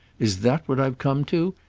is that what i've come to?